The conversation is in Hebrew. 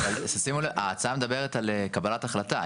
שימו לב, ההצעה מדברת על קבלת החלטה.